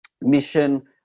mission